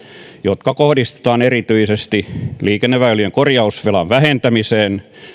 jotka kohdistetaan erityisesti liikenneväylien korjausvelan vähentämiseen